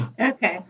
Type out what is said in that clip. Okay